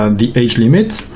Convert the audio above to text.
um the age limit,